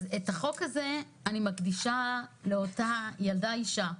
את החוק הזה אני מקדישה לאותה ילדה-אישה,